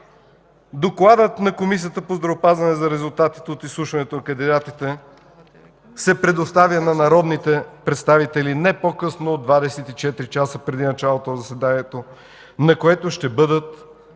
Докладът на Комисията по здравеопазването за резултатите от изслушването на кандидатите се предоставя на народните представители не по-късно от 24 часа преди началото на заседанието, на което ще бъдат